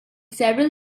several